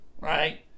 right